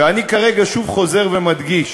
ואני כרגע שוב חוזר ומדגיש: